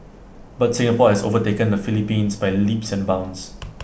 but Singapore is overtaken the Philippines by leaps and bounds